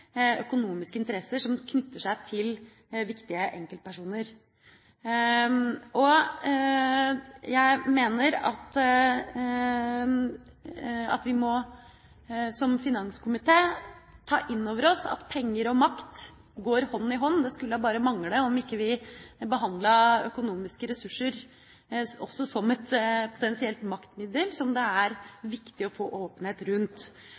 økonomiske interesser som knytter seg til viktige enkeltpersoner. Jeg mener at vi som finanskomité må ta inn over oss at penger og makt går hånd i hånd. Det skulle da bare mangle om vi ikke behandlet økonomiske ressurser også som et potensielt maktmiddel som det er viktig å få åpenhet rundt.